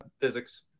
physics